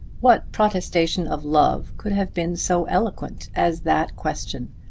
what protestation of love could have been so eloquent as that question?